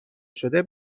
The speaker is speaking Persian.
شده